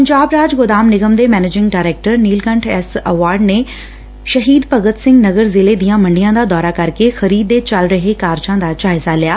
ਪੰਜਾਬ ਰਾਜ ਗੋਦਾਮ ਨਿਗਮ ਦੇ managing director Neelkanth S Avhad ਨੇ ਸ਼ਹੀਦ ਭਗਤ ਸਿੰਘ ਨਗਰ ਜ਼ਿਲੇ ਦੀਆਂ ਮੰਡੀਆਂ ਦਾ ਦੌਰਾ ਕਰਕੇ ਖਰੀਦ ਦੇ ਚੱਲ ਰਹੇ ਕਾਰਜਾਂ ਦਾ ਜਾਇਜ਼ਾ ਲਿਆ